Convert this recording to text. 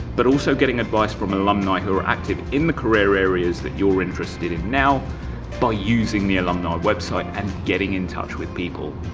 but also getting advice from alumni who are active in the career areas that you're interested in, by using the alumni website and getting in touch with people.